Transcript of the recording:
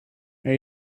are